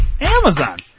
Amazon